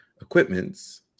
equipments